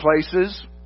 places